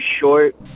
short